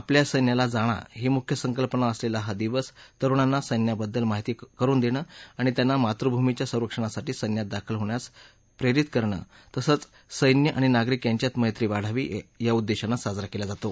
आपल्या सैन्याला जाणा ही मुख्य संकल्पना असलेला हा दिवस तरुणांना सैन्याबद्दल माहिती करुन देण आणि त्यांना मातृभूमीच्या संरक्षणासाठी सैन्यात दाखल होण्यास प्ररित करण तसंच सैन्य आणि नागरिक यांच्यात मैत्री वाढावी या उद्देशानं साजरा केला जातो